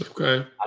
Okay